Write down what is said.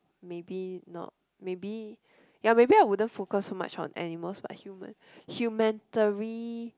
maybe not maybe ya maybe I wouldn't focus so much on animals but human~ humanitary